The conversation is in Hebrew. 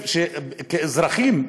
כאזרחים,